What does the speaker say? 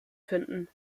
finden